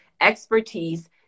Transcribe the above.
expertise